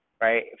Right